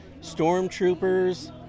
stormtroopers